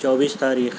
چوبیس تاریخ